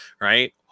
right